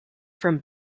from